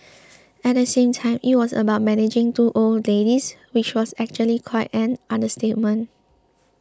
at the same time it was about managing two old ladies which was actually quite an understatement